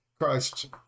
Christ